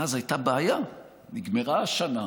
ואז הייתה בעיה: נגמרה השנה,